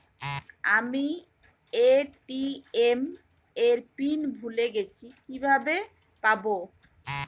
আমি এ.টি.এম এর পিন ভুলে গেছি কিভাবে পাবো?